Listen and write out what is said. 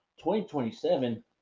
2027